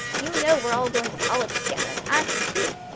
you know we're all going to college together, auntie, too!